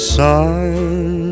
sign